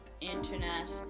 internet